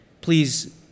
please